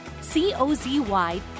C-O-Z-Y